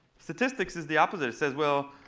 statistics is the opposite. it says, well,